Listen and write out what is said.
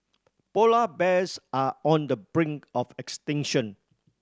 polar bears are on the brink of extinction